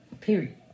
Period